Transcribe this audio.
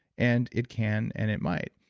and it can and it might.